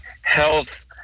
health